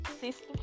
sister